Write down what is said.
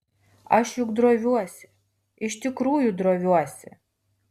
aš juk droviuosi iš tikrųjų droviuosi